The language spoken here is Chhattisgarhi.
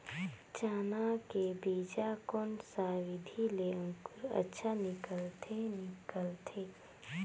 चाना के बीजा कोन सा विधि ले अंकुर अच्छा निकलथे निकलथे